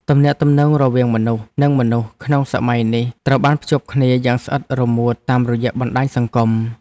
ទំនាក់ទំនងរវាងមនុស្ស និងមនុស្សក្នុងសម័យនេះត្រូវបានភ្ជាប់គ្នាយ៉ាងស្អិតរមួតតាមរយៈបណ្តាញសង្គម។